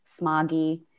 smoggy